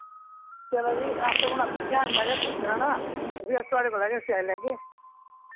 चलो जी अस हून अपनी भैन दा गै सोचना ना ते फ्ही अस थोआढ़े कोला गै सेआई लैगे